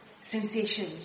sensation